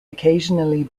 occasionally